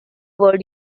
world